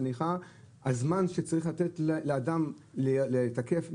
הזמן שצריך לתת לאדם לתקף,